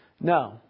No